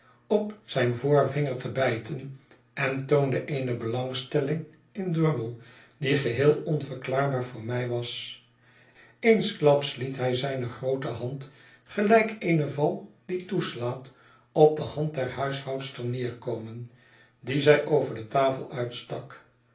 op zijn voorvinger te bijten en toonde eene belangstelling in drummle die geheel onverklaarbaar voor mij was eensklaps liet hij zijne groote hand gelijk eeneval die toeslaat op de hand der huishoudster neerkomen die zij over de tafel uitstak